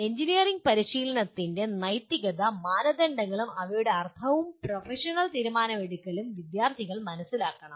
engineering പരിശീലനത്തിന്റെ നൈതിക മാനദണ്ഡങ്ങളും അവയുടെ അർത്ഥവും പ്രൊഫഷണൽ തീരുമാനമെടുക്കലും വിദ്യാർത്ഥികൾ മനസ്സിലാക്കണം